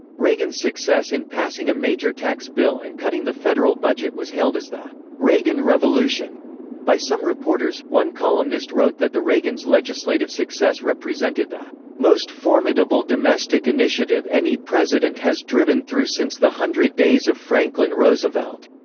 reagan's success in passing a major tax bill and cutting the federal budget was hailed as the reagan revolution by some reporters one columnist wrote that the reagan's legislative success represented the most formidable domestic initiative any president has driven through since the hundred days of franklin roosevelt.